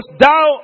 thou